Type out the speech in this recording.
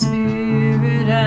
Spirit